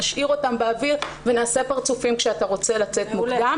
נשאיר אותם באוויר ונעשה פרצופים כשאתה רוצה לצאת מוקדם.